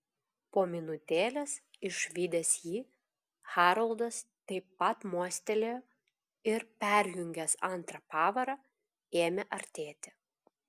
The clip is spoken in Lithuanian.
po minutėlės išvydęs jį haroldas taip pat mostelėjo ir perjungęs antrą pavarą ėmė artėti